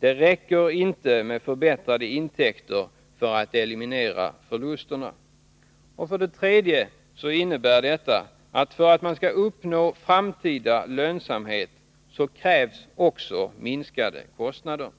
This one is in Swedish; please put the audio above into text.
Det räcker inte med förbättrade intäkter för att eliminera förlusterna. För det tredje: Det krävs en minskning av kostnaderna för att man i framtiden skall kunna uppnå lönsamhet.